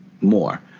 more